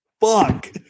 Fuck